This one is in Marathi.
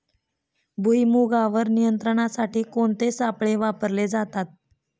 भुईमुगावर नियंत्रणासाठी कोणते सापळे वापरले जातात?